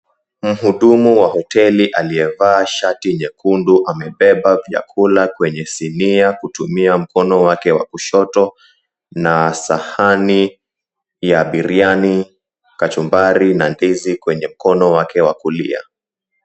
Mhudumu wa hoteli aliyevaa shati nyekundu amebeba vyakula kwenye sinia kutumia mkono wake wa kushoto, na sahani ya biriani, kachumbari na ndizi kwenye mkono wake wa kulia.